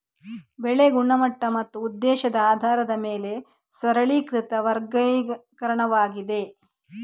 ಬೆಳೆ ಗುಣಮಟ್ಟ ಮತ್ತು ಉದ್ದೇಶದ ಆಧಾರದ ಮೇಲೆ ಸರಳೀಕೃತ ವರ್ಗೀಕರಣವಾಗಿದೆ